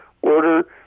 Order